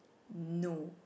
no